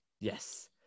Yes